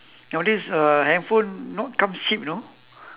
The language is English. nowadays uh handphone not comes cheap you know